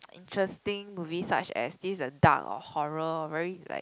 interesting movies such as this uh dark or horror very like